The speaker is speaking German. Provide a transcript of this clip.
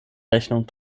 rechnung